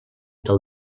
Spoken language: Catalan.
del